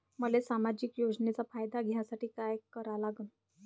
मले सामाजिक योजनेचा फायदा घ्यासाठी काय करा लागन?